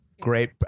great